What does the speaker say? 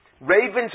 Ravens